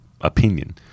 opinion